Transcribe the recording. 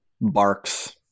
Barks